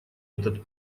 этот